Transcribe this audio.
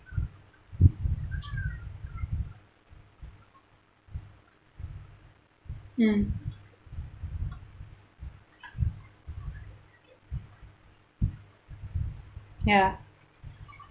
mm ya